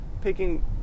picking